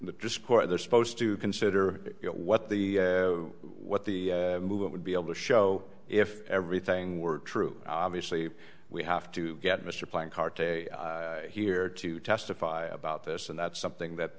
or they're supposed to consider what the what the movie would be able to show if everything were true obviously we have to get mr playing card here to testify about this and that's something that